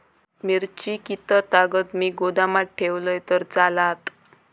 मिरची कीततागत मी गोदामात ठेवलंय तर चालात?